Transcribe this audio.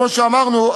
כמו שאמרנו,